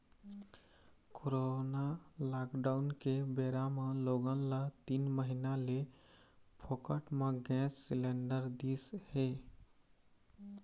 corona lockdown के बेरा म लोगन ल तीन महीना ले फोकट म गैंस सिलेंडर दिस हे